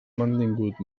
mantingut